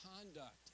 conduct